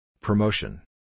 Promotion